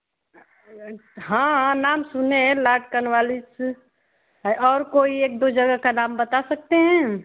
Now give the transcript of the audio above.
हाँ नाम सुने लास्टल वाली से है और कोई एक दो जगह का नाम बता सकते हैं